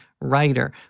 writer